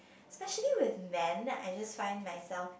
specially with man I just find myself